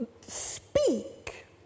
speak